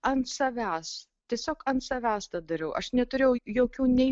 ant savęs tiesiog ant savęs tą dariau aš neturėjau jokių nei